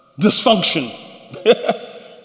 Dysfunction